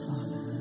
Father